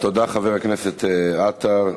תודה, חבר הכנסת עטר.